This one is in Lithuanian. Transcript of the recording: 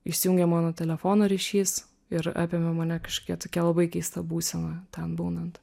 išsijungė mano telefono ryšys ir apimė mane kažkokia tokia labai keista būsena ten būnant